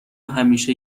همیشه